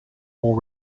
more